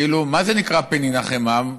מה זה נקרא "פן ינחם העם"?